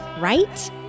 Right